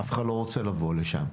אף אחד לא רוצה לבוא לשם.